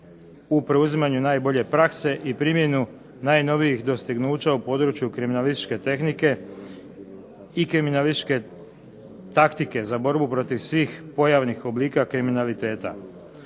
u preuzimanju najbolje prakse i primjenu najnovijih dostignuća u području kriminalističke tehnike i kriminalističke taktike za borbu protiv svih pojavnih oblika kriminaliteta.